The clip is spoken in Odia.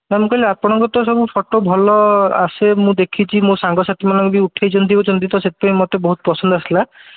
ନା ମୁଁ କହିଲି ଆପଣଙ୍କର ତ ସବୁ ଫୋଟୋ ଭଲ ଆସେ ମୁଁ ଦେଖିଛି ମୋ ସାଙ୍ଗସାଥି ମାନେ ବି ଉଠେଇଛନ୍ତି ସେଥିପାଇଁ ମୋତେ ବହୁତ ପସନ୍ଦ ଆସିଲା